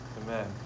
Amen